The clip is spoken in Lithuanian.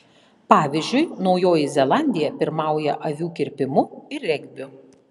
pavyzdžiui naujoji zelandija pirmauja avių kirpimu ir regbiu